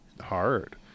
hard